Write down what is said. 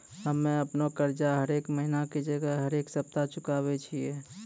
हम्मे अपनो कर्जा हरेक महिना के जगह हरेक सप्ताह चुकाबै छियै